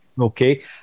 Okay